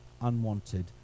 unwanted